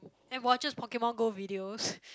and watches Pokemon-Go videos